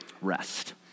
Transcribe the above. rest